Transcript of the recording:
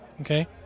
okay